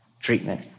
treatment